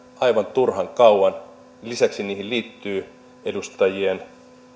aivan turhan kauan lisäksi niihin liittyy edustajien